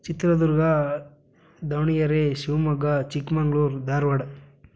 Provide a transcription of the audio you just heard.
Chitradurga Davanagere Shivamogga Chikmagalur Dharwad